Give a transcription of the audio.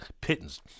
pittance